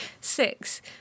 six